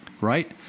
right